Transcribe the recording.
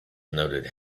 noted